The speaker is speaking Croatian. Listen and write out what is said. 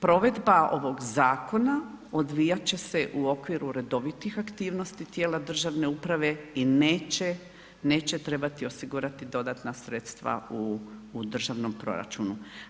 Provedba ovog zakona odvijat će se u okviru redovitih aktivnosti tijela državne uprave i neće, neće trebati osigurati dodatna sredstva u, u državnom proračunu.